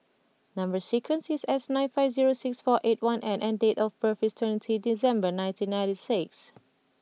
number sequence is S nine five zero six four eight one N and date of birth is twenty December nineteen ninety six